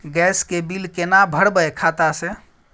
Gas के bill केना भरबै खाता से?